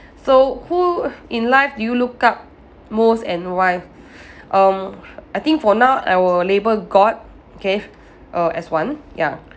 so who in life do you look up most and why um I think for now I will label god okay as one ya